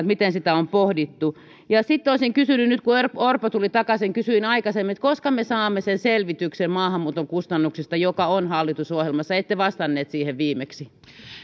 miten sitä on pohdittu sitten olisin kysynyt nyt kun orpo orpo tuli takaisin kysyin aikaisemmin koska me saamme sen selvityksen maahanmuuton kustannuksista joka on hallitusohjelmassa ette vastannut siihen viimeksi